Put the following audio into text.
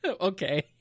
Okay